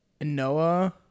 Noah